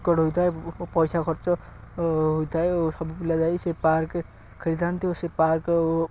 ticket ହୋଇଥାଏ ପଇସା ଖର୍ଚ୍ଚ ହୋଇଥାଏ ଓ ସବୁ ପିଲା ଯାଇ ସେ ପାର୍କରେ ଖେଳିଥାନ୍ତି ଓ ସେ ପାର୍କ